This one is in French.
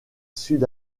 sud